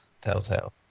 Telltale